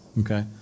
okay